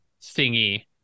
thingy